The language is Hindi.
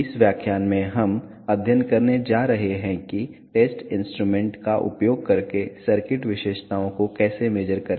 इस व्याख्यान में हम अध्ययन करने जा रहे हैं कि टेस्ट इंस्ट्रूमेंटस का उपयोग करके सर्किट विशेषताओं को कैसे मेज़र करे